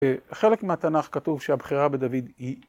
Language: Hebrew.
‫וחלק מהתנ״ך כתוב שהבחירה בדוד היא...